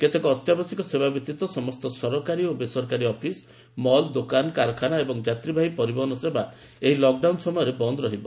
କେତେକ ଅତ୍ୟାବଶ୍ୟକ ସେବା ବ୍ୟତୀତ ସମସ୍ତ ସରକାରୀ ଓ ବେସରକାରୀ ଅଫିସ୍ ମଲ ଦୋକାନ କାରଖାନା ଏବଂ ଯାତ୍ରୀବାହୀ ପରିବହନ ସେବା ଏହି ଲକ୍ଡାଉନ୍ ସମୟରେ ବନ୍ଦ ରହିବ